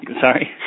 Sorry